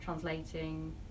translating